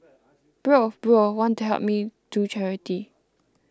bro bro want to help me do charity